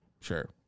Sure